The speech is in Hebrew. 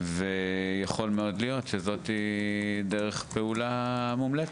ויכול מאוד להיות שזו דרך פעולה מומלצת.